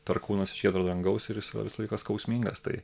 perkūnas iš giedro dangaus ir jis yra visą laiką skausmingas tai